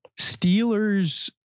Steelers